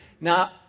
Now